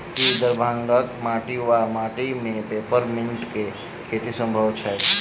की दरभंगाक माटि वा माटि मे पेपर मिंट केँ खेती सम्भव छैक?